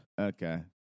Okay